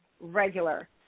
regular